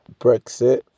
Brexit